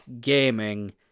gaming